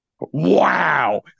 Wow